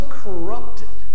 corrupted